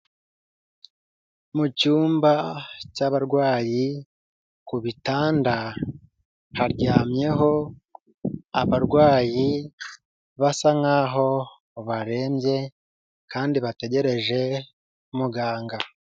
Mu icyumba cyabarwayi ku bitanda haryamyeho abarwayi basa nkaho barembye kandi bategereje muganga.